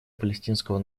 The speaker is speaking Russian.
палестинского